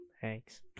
thanks